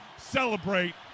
celebrate